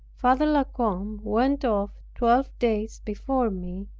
father la combe went off twelve days before me,